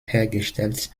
hergestellt